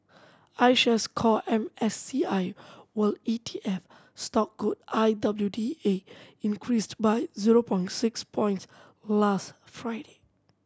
iShares Core M S C I World E T F stock code I W D A increased by zero point six points last Friday